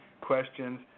questions